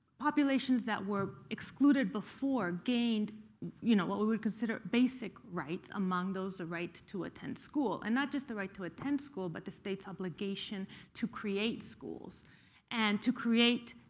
populations that were excluded before gained you know what we would consider basic rights, among those the right to attend school, and not just the right to attend school, but the state's obligation obligation to create schools and to create